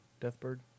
Deathbird